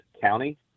County